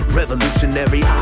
revolutionary